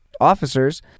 officers